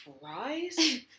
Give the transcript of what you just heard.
Fries